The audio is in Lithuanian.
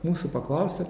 mūsų paklausė